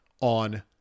on